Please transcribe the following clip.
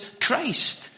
Christ